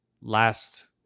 last